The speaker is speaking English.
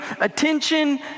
Attention